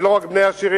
ולא רק בני עשירים,